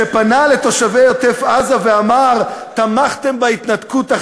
שפנה לתושבי עוטף-עזה ואמר: תמכתם בהתנתקות,